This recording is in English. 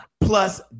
plus